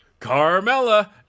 Carmella